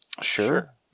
Sure